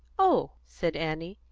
oh! said annie.